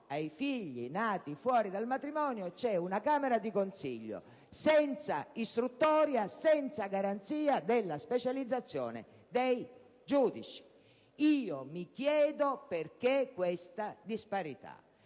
i figli nati fuori dal matrimonio è prevista una camera di consiglio senza istruttoria, senza garanzia della specializzazione dei giudici. Mi chiedo perché questa disparità.